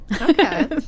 okay